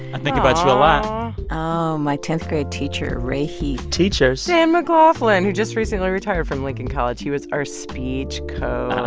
i think about you a lot oh, my tenth grade teacher ray heet teachers sam mcglaughlin who just recently retired from lincoln college. he was our speech coach.